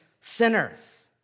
sinners